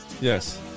Yes